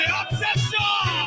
obsession